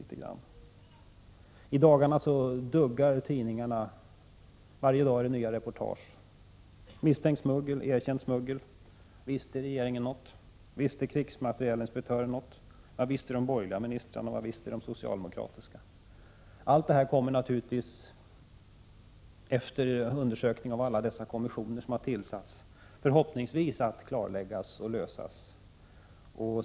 I dagarna duggar avslöjandena tätt i tidningarna. Varje dag är det nya reportage: Misstänkt smuggel. Erkänt smuggel. Visste regeringen något? Visste krigsmaterielinspektören något? Vad visste de borgerliga ministrarna på sin tid? Vad visste de socialdemokratiska? Efter undersökningar av alla de kommissioner som har tillsatts kommer — förhoppningsvis — allt detta att klarläggas.